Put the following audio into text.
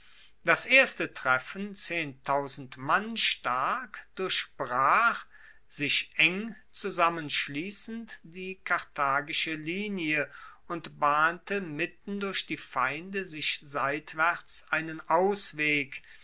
das erste treffen mann stark durchbrach sich eng zusammenschliessend die karthagische linie und bahnte mitten durch die feinde sich seitwaerts einen ausweg